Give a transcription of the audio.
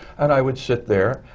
and i would sit there.